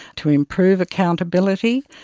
to improve accountability,